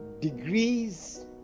Degrees